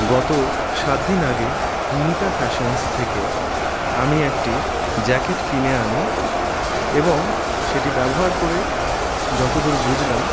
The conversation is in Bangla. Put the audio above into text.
গত সাত দিন আগে নিতা ফ্যাশনস থেকে আমি একটি জ্যাকেট কিনে আনি এবং সেটি ব্যবহার করে যতদূর বুঝলাম